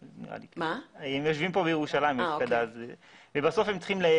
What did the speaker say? שיושבת בירושלים ובסוף הם צריכים להיות